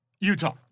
Utah